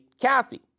Kathy